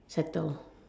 settle